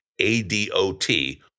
ADOT